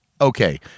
okay